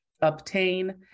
obtain